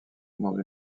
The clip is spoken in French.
dans